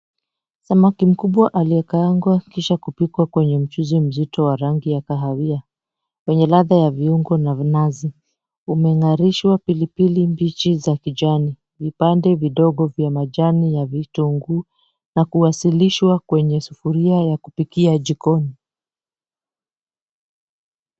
Samaki mkubwa aliyekaangwa kisha kupikwa kwenye mchuzi mzito wa rangi ya kahawia wenye ladha ya viungo na minazi umeng'arishwa pilipili mbichi za kijani, vipande vidogo vya majani ya vitunguu na kuwasilishwa kwenye sufuria ya kupikia jikoni.